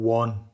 one